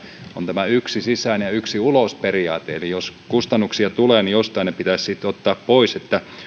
on tämä yksi sisään ja yksi ulos periaate eli jos kustannuksia tulee niin jostain ne pitäisi sitten ottaa pois